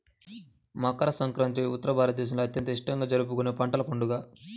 మకర సంక్రాంతి ఉత్తర భారతదేశంలో అత్యంత ఇష్టంగా జరుపుకునే పంటల పండుగ